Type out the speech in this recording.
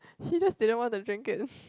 he just didn't want to drink it